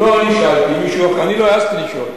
לא אני שאלתי, אני לא העזתי לשאול.